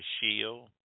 shield